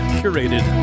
curated